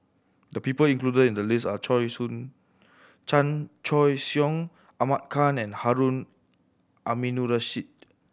the people included in the list are Choy Soon Chan Choy Siong Ahmad Khan and Harun Aminurrashid